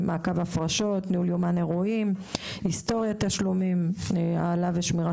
מעקב הפרשות; ניהול יומן אירועים והיסטוריית אירועים; העלאה ושמירה